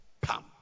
pam